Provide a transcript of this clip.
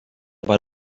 per